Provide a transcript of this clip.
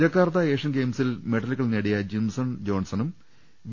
Jakarta Asian ഗെയിംസിൽ മെഡലുകൾ നേടിയ ജിംസൺ ജോൺസണും വി